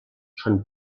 són